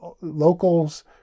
locals